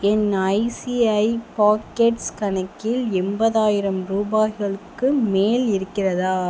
என் ICICI pockets கணக்கில் எண்பதாயிரம் ரூபாய்களுக்கு மேல் இருக்கிறதா